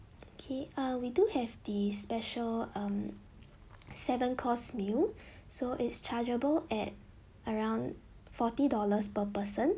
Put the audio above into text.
okay uh we do have the special um seven course meal so its chargeable at around forty dollars per person